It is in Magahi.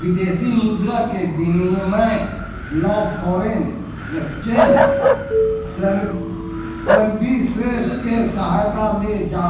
विदेशी मुद्रा के विनिमय ला फॉरेन एक्सचेंज सर्विसेस के सहायता लेल जा